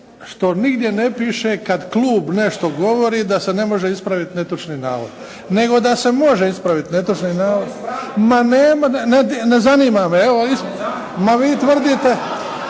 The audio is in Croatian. što nigdje ne piše kad klub nešto govori da se ne može ispraviti netočni navod, nego da se može ispraviti netočni navod. …/Upadica se ne čuje./… Ma ne zanima me. Ma vi tvrdite